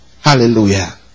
Hallelujah